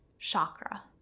chakra